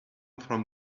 from